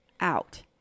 out